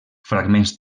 fragments